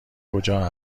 کجا